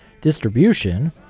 distribution